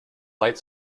light